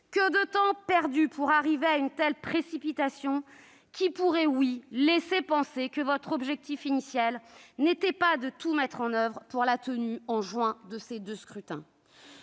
Que de temps perdu pour arriver à une telle précipitation qui, oui, pourrait laisser penser que votre objectif initial n'était pas de tout mettre en oeuvre pour la tenue, en juin prochain, de ces deux scrutins